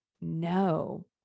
no